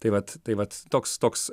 tai vat tai vat toks toks